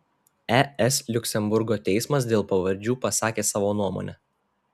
es liuksemburgo teismas dėl pavardžių pasakė savo nuomonę